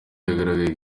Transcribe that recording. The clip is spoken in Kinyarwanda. yagaragaye